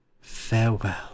farewell